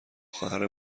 خواهر